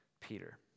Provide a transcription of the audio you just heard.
Peter